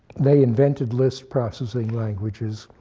they invented lisp processing languages.